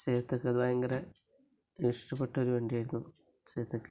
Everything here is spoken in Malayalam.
ചേതക് അത് ഭയങ്കര ഇഷ്ടപെട്ടഒരു വണ്ടിയായിരുന്നു ചേതക്